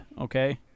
okay